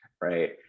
Right